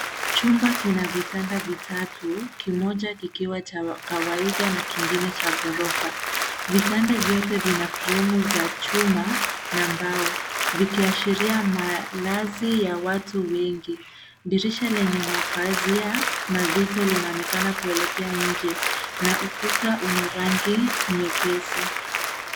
Chumba kina vitanda vitatu, kimoja kikiwa cha kawaida na kingine cha ghorofa. Vitanda vyote vina fremu za chuma na mbao, vikiashiria malazi ya watu wengi. Dirisha lenye mapazia mazito linaonekana kuelekea inje, na ukuta una rangi nyepesi.